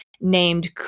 named